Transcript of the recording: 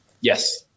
Yes